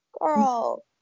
girl